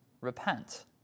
repent